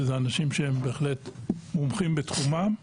שאלו אנשים שהם בהחלט מומחים בתחומם.